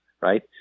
right